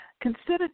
consider